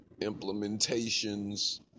implementations